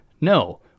no